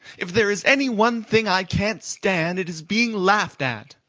if there is any one thing i can't stand it is being laughed at.